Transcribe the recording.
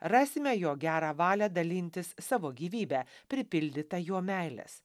rasime jo gerą valią dalintis savo gyvybe pripildytą jo meilės